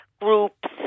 groups